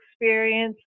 experience